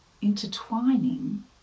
intertwining